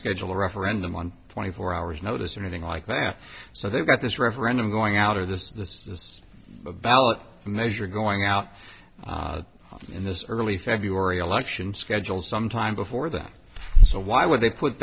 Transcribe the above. schedule a referendum on twenty four hours notice or anything like that so they've got this referendum going out or this this is a ballot measure going out in this early february election scheduled some time before that so why would they put